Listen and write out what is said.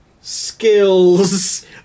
skills